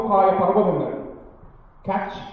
Catch